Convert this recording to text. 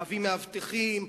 להביא מאבטחים,